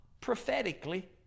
prophetically